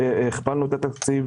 הכפלנו את התקציב.